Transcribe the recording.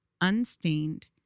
unstained